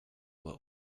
were